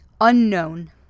unknown